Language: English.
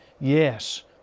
Yes